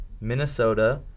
Minnesota